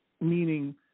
meaning